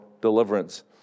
deliverance